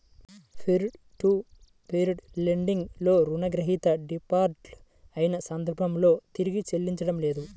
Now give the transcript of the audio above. peer to peer lending లో రుణగ్రహీత default అయిన సందర్భంలో తిరిగి చెల్లించడం లేదు